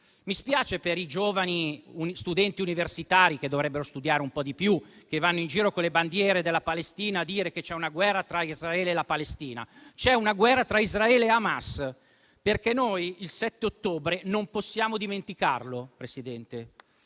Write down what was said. Mi spiace per i giovani studenti universitari, che dovrebbero studiare un po' di più prima di andare in giro con le bandiere della Palestina a dire che c'è una guerra tra Israele e la Palestina. C'è una guerra tra Israele e Hamas, perché noi il 7 ottobre non possiamo dimenticarlo.